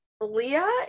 Leah